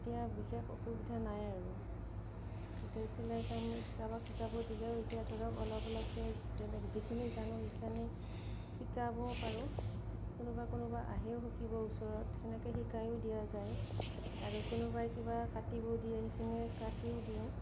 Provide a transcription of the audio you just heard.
এতিয়া বিশেষ অসুবিধা নাই আৰু এতিয়া চিলাই কাম কাৰোবাক শিকাব দিলেও এতিয়া ধৰক অলপ অলপকৈ যিখিনি জানো সেইখিনি শিকাব পাৰোঁ কোনোবা কোনোবা আহেও শিকিব ওচৰত সেনেকৈ শিকাইয়ো দিয়া যায় আৰু কোনোবাই কিবা কাটিব দিয়ে সেইখিনি কাটিও দিওঁ